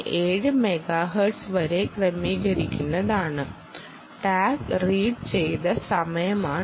7 megahertz വരെ ക്രമീകരിക്കുന്നതാണ് tag read ചെയ്ത സമയമാണിത്